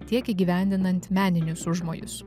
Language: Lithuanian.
tiek įgyvendinant meninius užmojus